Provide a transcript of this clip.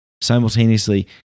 simultaneously